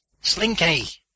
Slinky